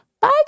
Bye